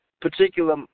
particular